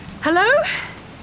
Hello